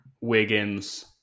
Wiggins